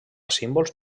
símbols